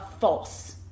false